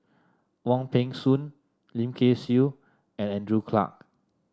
Wong Peng Soon Lim Kay Siu and Andrew Clarke